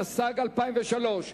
התשס"ג 2003,